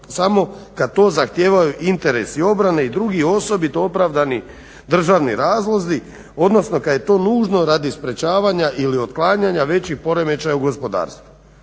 samo kad to zahtijevaju interesi obrane i drugih osobito opravdani državni razlozi, odnosno kad je to nužno radi sprječavanja ili otklanjanja većih poremećaja u gospodarstvu.